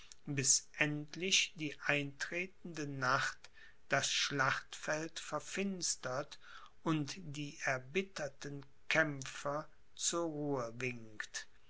bis endlich die eintretende nacht das schlachtfeld verfinstert und die erbitterten kämpfer zur ruhe winkt